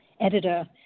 editor